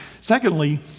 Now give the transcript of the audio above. Secondly